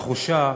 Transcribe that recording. התחושה